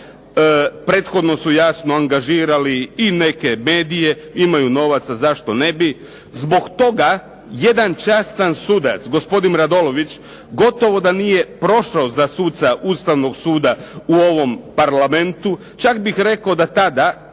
prethodno su jasno angažirali i neke medije, ima novaca zašto ne bi. Zbog toga jedan častan sudac gospodin Radolović gotovo da nije prošao za suca Ustavnog suda u ovom parlamentu, čak bih rekao da tada